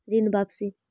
ऋण वापसी?